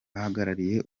ahagarariye